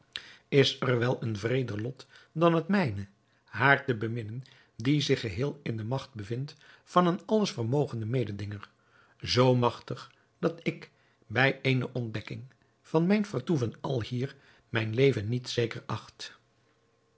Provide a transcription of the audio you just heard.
is er wel een wreeder lot dan het mijne haar te beminnen die zich geheel in de magt bevindt van een alles vermogenden mededinger zoo magtig dat ik bij eene ontdekking van mijn vertoeven alhier mijn leven niet zeker acht